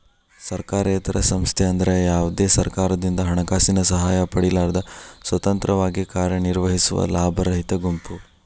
ಸರ್ಕಾರೇತರ ಸಂಸ್ಥೆ ಅಂದ್ರ ಯಾವ್ದೇ ಸರ್ಕಾರದಿಂದ ಹಣಕಾಸಿನ ಸಹಾಯ ಪಡಿಲಾರ್ದ ಸ್ವತಂತ್ರವಾಗಿ ಕಾರ್ಯನಿರ್ವಹಿಸುವ ಲಾಭರಹಿತ ಗುಂಪು